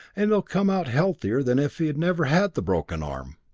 and he'll come out healthier than if he had never had the broken arm.